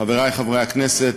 חברי חברי הכנסת,